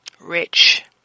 rich